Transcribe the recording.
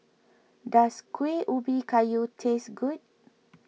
does Kuih Ubi Kayu taste good